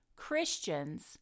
Christians